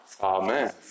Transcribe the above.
Amen